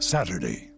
Saturday